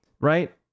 right